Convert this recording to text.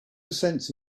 sense